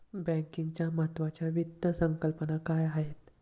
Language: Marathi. बँकिंगच्या महत्त्वाच्या वित्त संकल्पना काय आहेत?